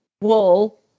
wool